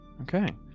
okay